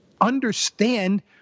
understand